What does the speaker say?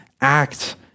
act